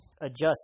adjust